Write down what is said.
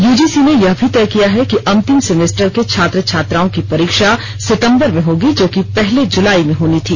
UGC ने यह भी तय किया है कि अंतिम सेमेस्टर के छात्र छात्राओ की परीक्षा सितंबर में होगी जो कि पहले जुलाई में होनी थी